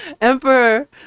Emperor